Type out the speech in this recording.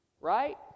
Right